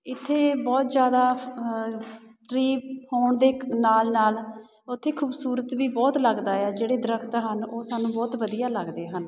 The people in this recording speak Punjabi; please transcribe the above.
ਇੱਥੇ ਬਹੁਤ ਜ਼ਿਆਦਾ ਟ੍ਰੀ ਹੋਣ ਦੇ ਨਾਲ ਨਾਲ ਉੱਥੇ ਖੂਬਸੂਰਤ ਵੀ ਬਹੁਤ ਲੱਗਦਾ ਹੈ ਜਿਹੜੇ ਦਰੱਖਤ ਹਨ ਉਹ ਸਾਨੂੰ ਬਹੁਤ ਵਧੀਆ ਲੱਗਦੇ ਹਨ